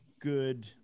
good